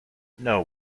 know